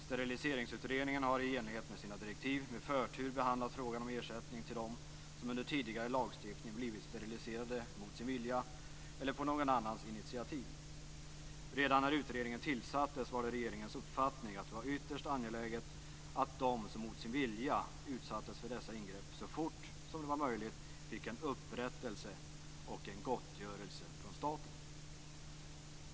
Steriliseringsutredningen har i enlighet med sina direktiv med förtur behandlat frågan om ersättning till dem som under tidigare lagstiftning blivit steriliserade mot sin vilja eller på någon annans initiativ. Redan när utredningen tillsattes var det regeringens uppfattning att det var ytterst angeläget att de som mot sin vilja utsatts för dessa ingrepp så fort som det var möjligt fick en upprättelse och en gottgörelse från staten."